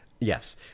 Yes